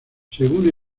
según